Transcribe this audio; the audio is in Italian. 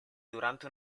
durante